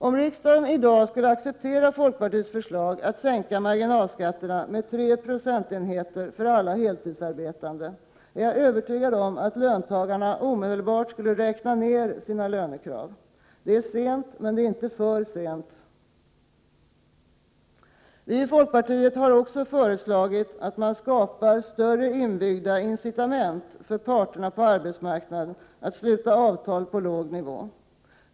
Om riksdagen i dag skulle acceptera folkpartiets förslag att sänka marginalskatterna med 3 procentenheter för alla heltidsarbetande, är jag övertygad om att löntagarna omedelbart skulle räkna ner sina lönekrav. Det är sent, men ännu inte för sent. Vi i folkpartiet har också föreslagit att man skall skapa större inbyggda incitament för parterna på arbetsmarknaden att sluta avtal på låg nivå.